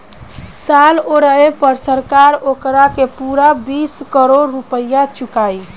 साल ओराये पर सरकार ओकारा के पूरा बीस करोड़ रुपइया चुकाई